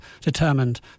determined